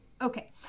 okay